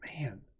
man